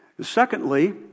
Secondly